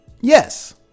yes